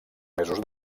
mesos